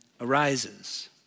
arises